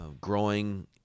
growing